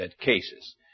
cases